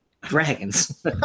Dragons